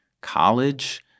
college